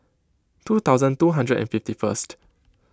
two thousand two hundred and fifty first